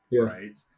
right